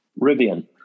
Rivian